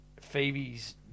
Phoebe's